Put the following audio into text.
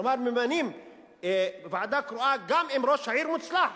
כלומר, ממנים ועדה קרואה גם אם ראש העיר מוצלח